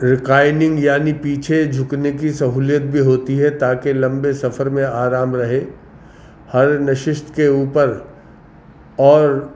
reclining یعنی پیچھے جھکنے کی سہولیت بھی ہوتی ہے تاکہ لمبے سفر میں آرام رہے ہر نشست کے اوپر اور